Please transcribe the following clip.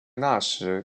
那时